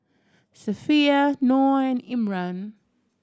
Safiya Noah and Imran